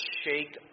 shake